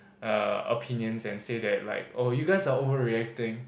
uh opinions and say that like oh you guys are overreacting